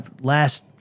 Last